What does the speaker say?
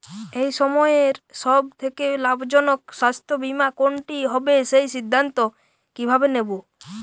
এই সময়ের সব থেকে লাভজনক স্বাস্থ্য বীমা কোনটি হবে সেই সিদ্ধান্ত কীভাবে নেব?